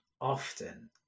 often